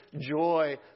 joy